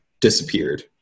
disappeared